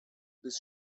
bis